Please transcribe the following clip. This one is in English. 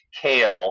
Kale